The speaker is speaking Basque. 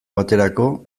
baterako